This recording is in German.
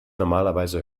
normalerweise